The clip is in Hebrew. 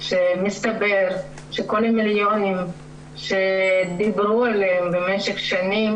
שמסתבר שכל המיליונים שדיברו עליהם במשך שנים